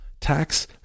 tax